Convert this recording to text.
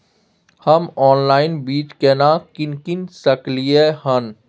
हम ऑनलाइन बीज केना कीन सकलियै हन?